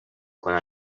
کنم